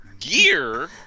Gear